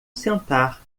sentar